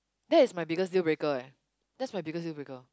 that is my biggest dealbreaker eh that's my biggest dealbreaker